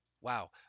Wow